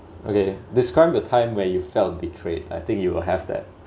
okay describe the time where you felt betrayed I think you will have that